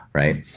right?